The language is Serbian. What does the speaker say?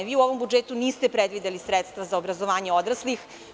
U ovom budžetu niste predvideli sredstva za obrazovanje odraslih.